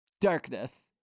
Darkness